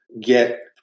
get